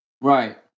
Right